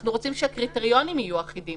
אנחנו רוצים שהקריטריונים יהיו אחידים.